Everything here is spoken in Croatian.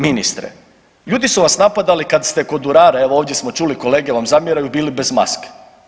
Ministra, ljudi su vas napadali kad ste kod urara, evo ovdje smo čuli kolege vam zamjeraju, bili bez maske.